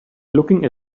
looking